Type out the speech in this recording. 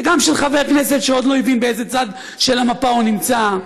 וגם של חבר כנסת שעוד לא הבין באיזה צד של המפה הוא נמצא,